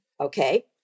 Okay